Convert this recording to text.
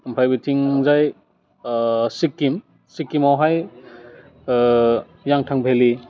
ओमफ्राय बेथिंजाय सिक्किम सिक्किमावहाय यांथां भेलि